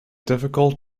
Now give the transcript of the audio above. difficult